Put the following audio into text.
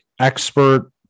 expert